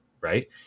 right